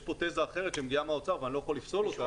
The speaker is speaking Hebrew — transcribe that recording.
יש כאן תזה אחרת שמגיעה מהאוצר ואני לא יכול לפסול אותה.